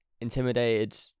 intimidated